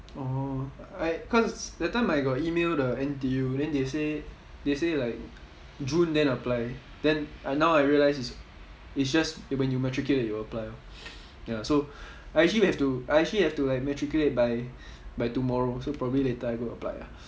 oh I cause that time I got email the N_T_U then they say they say like june then apply then uh now I realise it's just when you matriculate you apply orh ya so I actually have to I actually have to matriculate by by tomorrow so probably later I go apply ah